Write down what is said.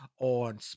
on